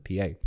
PA